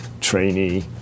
trainee